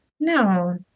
No